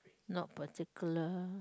not particular